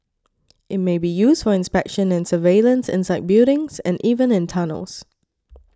it may be used for inspection and surveillance inside buildings and even in tunnels